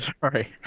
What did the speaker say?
sorry